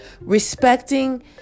respecting